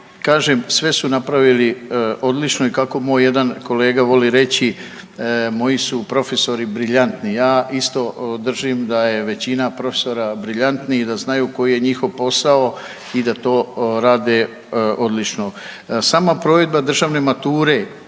sve su napravili odlično i kako moj jedan kolega voli reći, moji su profesori briljantni. Ja isto držim da je većina profesora briljantni i da znaju koji je njihov posao i da to rade odlično. Sama provedbe državne mature